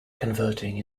converting